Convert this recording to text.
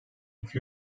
iki